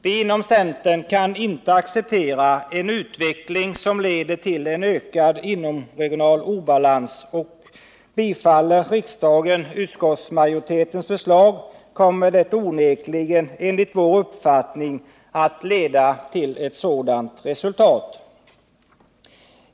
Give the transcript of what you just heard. Vi inom centern kan inte acceptera en utveckling som leder till en ökad inomregional obalans, och bifaller riksdagen utskottsmajoritetens förslag kommer detta onekligen enligt vår uppfattning att leda till ett sådant resultat.